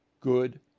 Good